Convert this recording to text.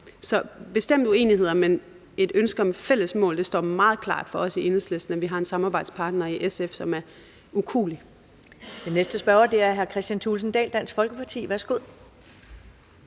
er bestemt uenigheder, men også et ønske om fælles mål. Det står meget klart for os i Enhedslisten, at vi har en samarbejdspartner i SF, som er ukuelig.